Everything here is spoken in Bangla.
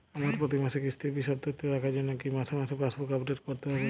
আমার প্রতি মাসের কিস্তির বিশদ তথ্য রাখার জন্য কি মাসে মাসে পাসবুক আপডেট করতে হবে?